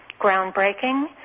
groundbreaking